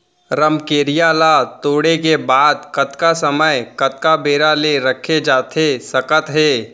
रमकेरिया ला तोड़े के बाद कतका समय कतका बेरा ले रखे जाथे सकत हे?